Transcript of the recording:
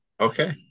Okay